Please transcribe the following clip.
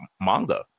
manga